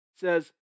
says